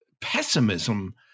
pessimism